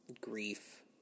grief